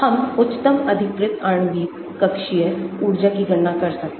हम उच्चतम अधिकृत आणविक कक्षीय ऊर्जा की गणना कर सकते हैं